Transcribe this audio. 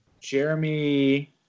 Jeremy